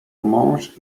mąż